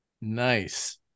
nice